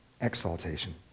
exaltation